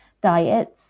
diets